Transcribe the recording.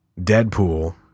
Deadpool